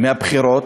מהבחירות,